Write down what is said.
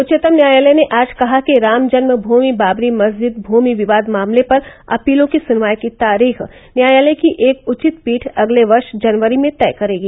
उच्चतम न्यायालय ने आज कहा कि रामजन्म भूमि बाबरी मस्जिद भूमि विवाद मामले पर अपीलों की सुनवाई की तारीख न्यायालय की एक उचित पीठ अगले वर्ष जनवरी में तय करेगी